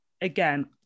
again